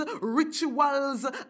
rituals